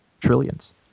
Trillions